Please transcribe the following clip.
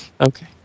Okay